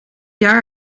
jaar